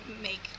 make